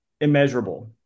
immeasurable